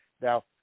Now